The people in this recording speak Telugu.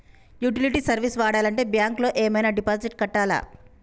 యుటిలిటీ సర్వీస్ వాడాలంటే బ్యాంక్ లో ఏమైనా డిపాజిట్ కట్టాలా?